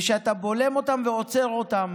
ואתה בולם אותם ועוצר אותם.